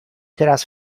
teraz